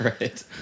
Right